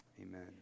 amen